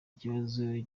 ikibazo